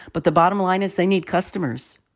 but the bottom line is they need customers.